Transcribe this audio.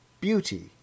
beauty